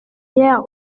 hier